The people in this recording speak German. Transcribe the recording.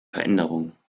veränderung